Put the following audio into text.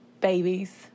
babies